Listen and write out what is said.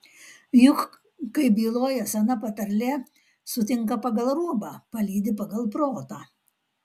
juk kaip byloja sena patarlė sutinka pagal rūbą palydi pagal protą